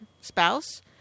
spouse